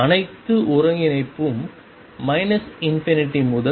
அனைத்து ஒருங்கிணைப்பும் ∞ முதல்